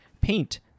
paint